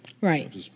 Right